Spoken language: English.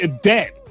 dead